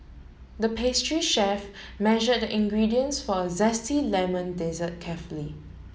the pastry chef measured the ingredients for a zesty lemon dessert carefully